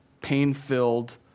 pain-filled